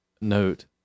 note